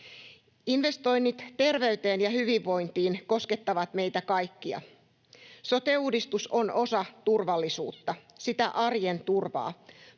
Investoinnit terveyteen ja hyvinvointiin koskettavat meitä kaikkia. Sote-uudistus on osa turvallisuutta, sitä arjen turvaa,